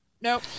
Nope